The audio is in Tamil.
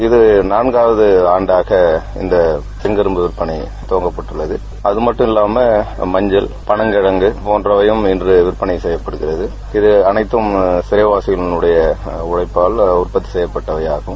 இது நான்காவது ஆண்டாக இந்த எங்கரும்பு விற்பனை தொடங்கப்பட்டுள்ளது அதுமட்டுமல்லாமல் மஞ்சள் பளங்கிழங்கு போன்றவையும் இங்கு விற்பளை செய்யப்படுகிறது இவை அளைத்தம் சிறைவாசிகளின் உழைப்பால் உற்பத்தி செய்யப்பட்டவையாகும்